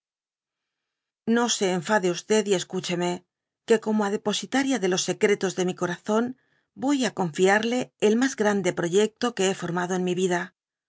no se enfade y escúcheme que como á dc positaria de los secretos de mi corazón voy á confiarle el mi grande proyecto que be formado en mi vida